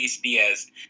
Diaz